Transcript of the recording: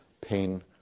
pain